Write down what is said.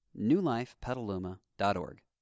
newlifepetaluma.org